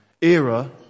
era